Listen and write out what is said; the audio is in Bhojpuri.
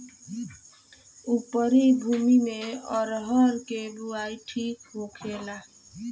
उपरी भूमी में अरहर के बुआई ठीक होखेला?